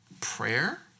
prayer